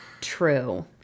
true